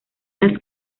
las